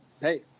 hey